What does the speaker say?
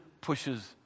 pushes